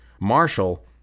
Marshall